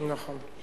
נכון.